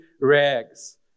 rags